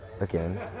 again